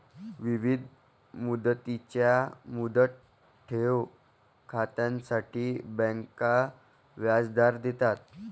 विविध मुदतींच्या मुदत ठेव खात्यांसाठी बँका व्याजदर देतात